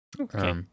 Okay